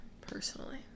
personally